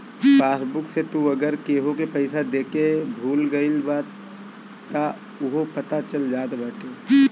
passbook से तू अगर केहू के पईसा देके भूला गईल बाटअ तअ उहो पता चल जात बाटे